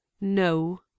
no